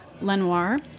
Lenoir